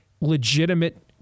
legitimate